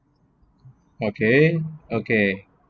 okay okay